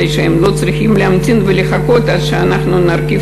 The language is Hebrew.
משום שהם לא צריכים להמתין ולחכות עד שאנחנו נרכיב